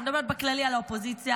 אני מדברת בכללי על האופוזיציה,